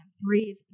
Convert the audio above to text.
breathe